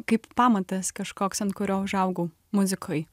kaip pamatas kažkoks ant kurio užaugau muzikoj